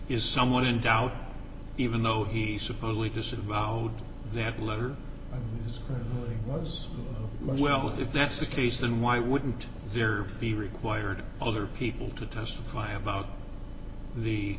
is someone in doubt even though he supposedly disavowed that letter as was well if that's the case then why wouldn't there be required other people to testify about the